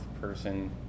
person